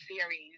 series